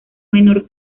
menor